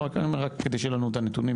רק כדי שיהיה לנו את הנתונים,